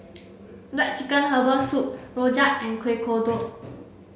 black chicken herbal soup Rojak and Kueh Kodok